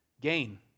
Gain